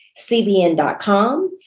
CBN.com